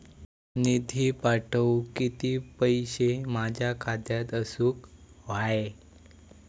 निधी पाठवुक किती पैशे माझ्या खात्यात असुक व्हाये?